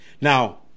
now